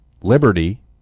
Liberty